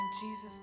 Jesus